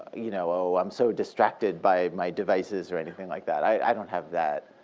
you know oh, i'm so distracted by my devices or anything like that. i don't have that.